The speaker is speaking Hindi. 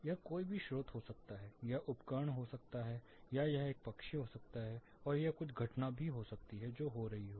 यह कोई भी स्रोत हो सकता है यह उपकरण हो सकता है यह एक पक्षी हो सकता है और यह कुछ घटना हो सकती है जो हो रही है